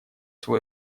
свой